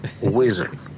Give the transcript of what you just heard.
Wizard